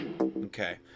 Okay